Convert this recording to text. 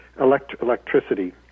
electricity